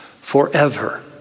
forever